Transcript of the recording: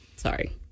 Sorry